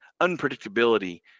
unpredictability